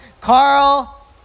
Carl